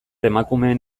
emakumeen